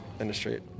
industry